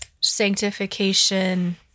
sanctification